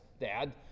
Dad